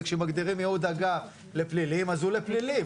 וכשמגדירים ייעוד אגף לפליליים אז הוא לפליליים.